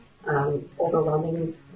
overwhelming